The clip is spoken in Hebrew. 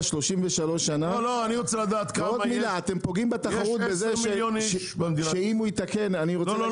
אני רוצה לדעת כמה -- אתם פוגעים בתחרות בזה שאם הוא -- לא,